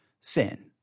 Sin